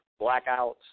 blackouts